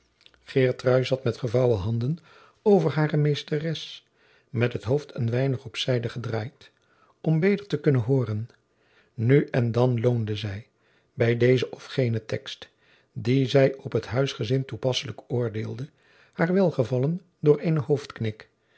zat met gevouwen handen over hare meesteres met het hoofd een weinig op zijde gedraaid om beter te kunnen hooren nu en dan loonde zij bij dezen of genen tekst dien zij op het huisgezin toepasselijk oordeelde haar welgevallen door